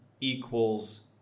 equals